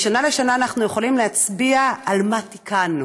משנה לשנה אנחנו יכולים להצביע על מה שתיקַנו.